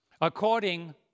According